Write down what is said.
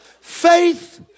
Faith